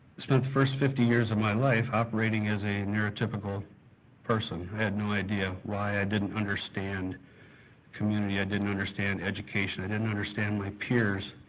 spent the first fifty years of my life operating as a neurotypical person, i had no idea why i didn't understand community, i didn't understand education, i didn't understand my peers,